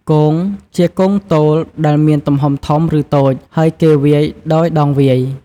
គង ជាគងទោលដែលមានទំហំធំ ឬតូច ហើយគេវាយដោយដងវាយ។